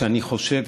אני חושב,